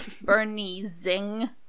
Bernie-zing